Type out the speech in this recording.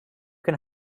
can